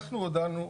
אנחנו הודענו,